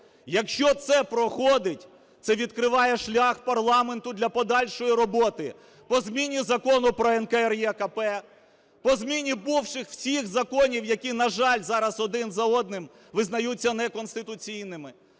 Якщо це проходить - це відкриває шлях парламенту для подальшої роботи по зміні Закону про НКРЕКП, по зміні бувших всіх законів, які, на жаль, зараз один за одним визнаються неконституційними.